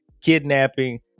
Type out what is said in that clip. kidnapping